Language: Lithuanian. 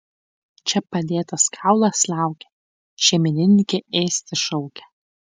čia padėtas kaulas laukia šeimininkė ėsti šaukia